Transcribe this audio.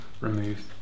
removed